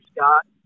Scott